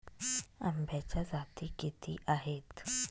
आंब्याच्या जाती किती आहेत?